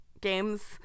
games